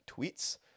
tweets